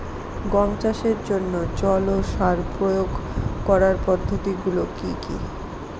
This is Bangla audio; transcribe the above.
গম চাষের জন্যে জল ও সার প্রয়োগ করার পদ্ধতি গুলো কি কী?